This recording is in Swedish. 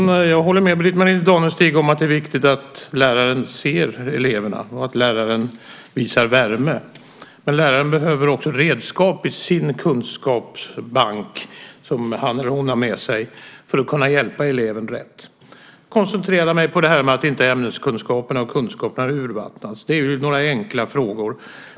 Fru talman! Jag håller med Britt-Marie Danestig om att det är viktigt att läraren ser eleverna och visar värme. Men läraren behöver också redskap i sin kunskapsbank som han eller hon har med sig för att kunna hjälpa eleven rätt. Jag koncentrerar mig på det här med att ämneskunskaperna och kunskaperna inte urvattnas. Det är några enkla frågor.